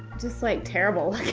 just like terrible